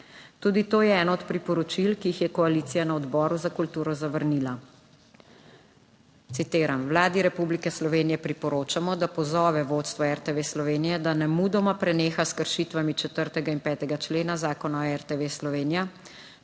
Tudi to je eno od priporočil, ki jih je koalicija na Odboru za kulturo zavrnila. Citiram: Vladi Republike Slovenije priporočamo, da pozove vodstvo RTV Slovenija, da nemudoma preneha s kršitvami 4. in 5. člena zakona o RTV Slovenija,